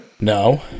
No